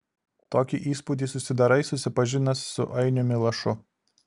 tokį įspūdį susidarai susipažinęs su ainiumi lašu